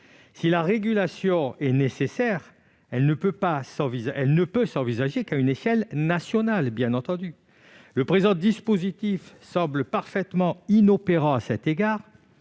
Si la régulation est nécessaire, elle ne peut s'envisager qu'à l'échelon national. Le présent dispositif semble parfaitement inopérant de ce point